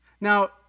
Now